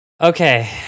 Okay